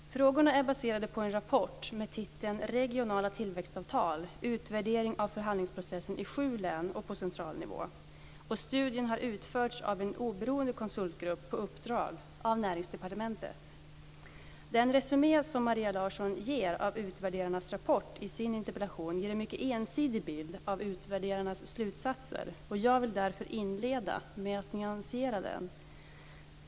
Frågorna är baserade på en rapport med titeln Regionala tillväxtavtal - utvärdering av förhandlingsprocessen i sju län och på central nivå. Studien har utförts av en oberoende konsultgrupp på uppdrag av Den resumé som Maria Larsson ger av utvärderarnas rapport i sin interpellation ger en mycket ensidig bild av utvärderarnas slutsatser. Jag vill därför inleda med att nyansera den.